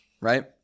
Right